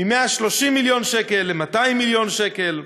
מ-130 מיליון שקל ל-200 מיליון שקל,